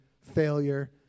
failure